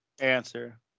answer